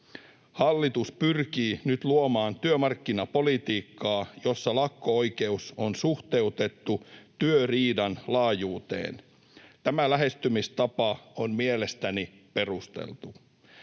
Hallitus pyrkii nyt luomaan työmarkkinapolitiikkaa, jossa lakko-oikeus on suhteutettu työriidan laajuuteen. Tämä lähestymistapa on mielestäni perusteltu.